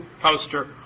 poster